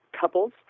couples